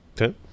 Okay